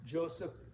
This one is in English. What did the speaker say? Joseph